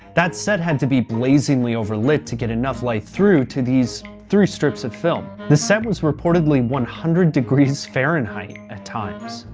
that set had to be blazingly overlit to get enough light through to these three strips of film. the set was reportedly one hundred degrees fahrenheit at times.